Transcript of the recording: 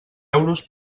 euros